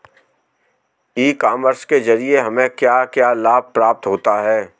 ई commerce के ज़रिए हमें क्या क्या लाभ प्राप्त होता है?